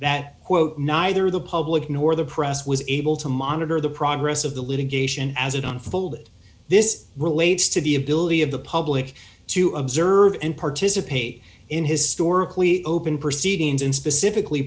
that quote neither the public nor the press was able to monitor the progress of the litigation as it unfolded this relates to the ability of the public to observe and participate in historically open proceedings and specifically